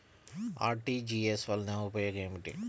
RTGS వలన ఉపయోగం ఏమిటీ?